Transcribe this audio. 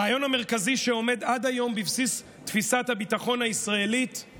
הרעיון המרכזי שעומד עד היום בבסיס תפיסת הביטחון הישראלית הוא